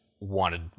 wanted